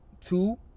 two